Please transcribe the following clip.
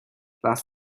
lars